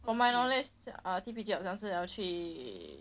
for my knowledge err T_P_G 很像是要去